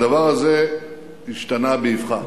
הדבר הזה השתנה באבחה